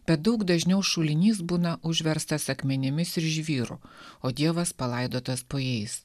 bet daug dažniau šulinys būna užverstas akmenimis ir žvyro o dievas palaidotas po jais